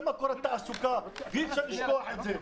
זה מקור התעסוקה ואי אפשר לשכוח את זה.